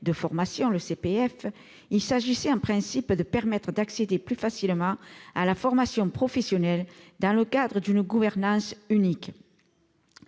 de formation, le CPF. Le but était, en principe, de permettre d'accéder plus facilement à la formation professionnelle dans le cadre d'une gouvernance unique.